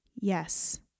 yes